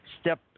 step